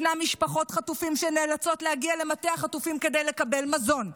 יש משפחות חטופים שנאלצות להגיע למטה החטופים כדי לקבל מזון.